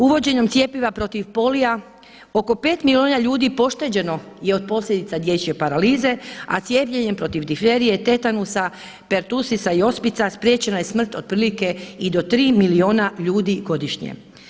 Uvođenjem cjepiva protiv polia oko 5 milijuna ljudi pošteđeno je od posljedica dječje paralize a cijepljenjem protiv difterije, tetanusa, pertussisa i ospica spriječena je smrt otprilike i do 3 milijuna ljudi godišnje.